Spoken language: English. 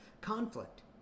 conflict